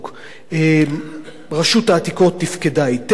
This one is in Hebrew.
רשות העתיקות תפקדה היטב,